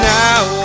now